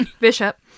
bishop